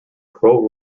pro